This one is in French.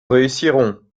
réussirons